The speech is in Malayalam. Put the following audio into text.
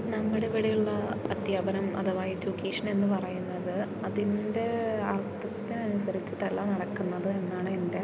നമ്മുടെ ഇവിടെയുള്ള അധ്യാപനം അഥവാ എജ്യുക്കേഷൻ എന്ന് പറയുന്നത് അതിൻ്റെ അർത്ഥത്തിന് അനുസരിച്ചിട്ടല്ല നടക്കുന്നത് എന്നാണ് എൻ്റെ